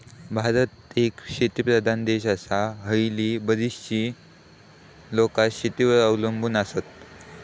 भारत एक शेतीप्रधान देश आसा, हयली बरीचशी लोकां शेतीवर अवलंबून आसत